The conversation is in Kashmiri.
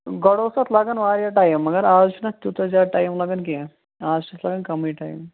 گۄڈٕ اوس اَتھ لَگَان واریاہ ٹایِم مگر اَز چھُنہٕ اَتھ تِیٛوٗتاہ زِیادٕ ٹایِم لَگَان کیٚنٛہہ اَز چھُس لَگَان کَمٕے ٹایِم